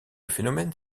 phénomène